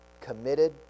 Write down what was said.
committed